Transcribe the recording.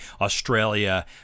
Australia